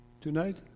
tonight